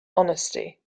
honesty